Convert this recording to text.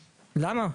למה?